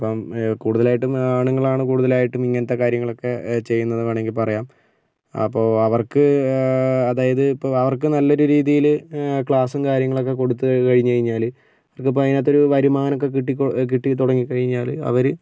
അപ്പം കൂടുതലായിട്ടും ആണുങ്ങളാണ് കൂടുതലായിട്ടും ഇങ്ങനത്തെ കാര്യങ്ങളൊക്കെ ചെയ്യുന്നത് എന്ന് വേണമെങ്കിൽ പറയാം അപ്പോൾ അവർക്ക് അതായത് ഇപ്പോൾ അവർക്ക് നല്ലൊരു രീതിയില് ക്ലാസ്സും കാര്യങ്ങളൊക്കെ കൊടുത്ത് കഴിഞ്ഞു കഴിഞ്ഞാല് ഇത് ഇപ്പോൾ അതിനകത്ത് ഒരു വരുമാനം ഒക്കെ കിട്ടി കിട്ടി തുടങ്ങി കഴിഞ്ഞാല് അവര്